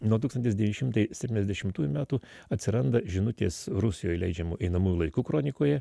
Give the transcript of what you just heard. nuo tūkstantis devyni šimtai septyniasdešimtųjų metų atsiranda žinutės rusijoj leidžiamu einamųjų laikų kronikoje